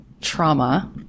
trauma